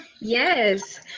Yes